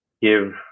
give